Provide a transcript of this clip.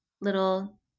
little